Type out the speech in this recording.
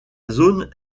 zone